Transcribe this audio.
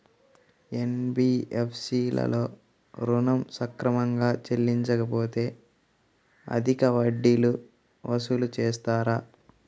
NBFC లలో ఋణం సక్రమంగా చెల్లించలేకపోతె అధిక వడ్డీలు వసూలు చేస్తారా?